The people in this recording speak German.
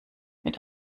mit